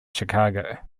chicago